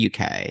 UK